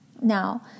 Now